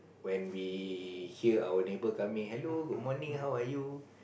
when we hear our neighbour coming hello good morning how are you